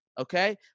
okay